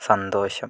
സന്തോഷം